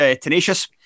tenacious